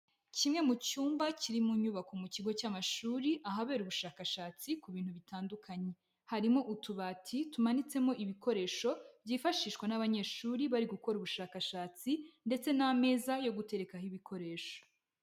Kimwe mu cyumba kiri mu nyubako mu kigo cy'amashuri ahabera ubushakashatsi ku bintu bitandukanye. Harimo utubati tumanitsemo ibikoresho, byifashishwa n'abanyeshuri bari gukora ubushakashatsi ndetse n'ameza yo guterekaho ibikoresho.